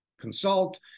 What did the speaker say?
consult